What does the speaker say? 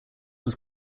was